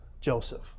Joseph